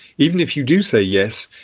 even if you do say yes,